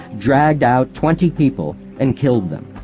dragged out twenty people, and killed them.